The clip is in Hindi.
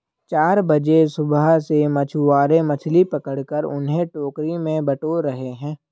चार बजे सुबह से मछुआरे मछली पकड़कर उन्हें टोकरी में बटोर रहे हैं